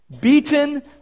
Beaten